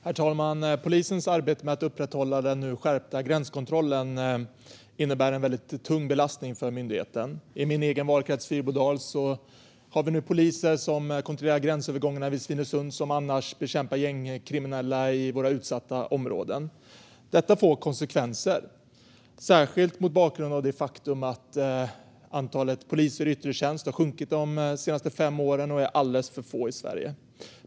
Herr talman! Polisens arbete med att upprätthålla den nu skärpta gränskontrollen innebär en väldigt tung belastning för myndigheten. I min egen valkrets Fyrbodal har vi nu poliser som kontrollerar gränsövergångarna vid Svinesund som annars bekämpar gängkriminella i utsatta områden. Detta får konsekvenser, särskilt mot bakgrund av det faktum att antalet poliser i yttre tjänst i Sverige har minskat de senaste fem åren och är alldeles för litet.